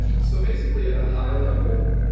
so basically at a high level,